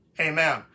Amen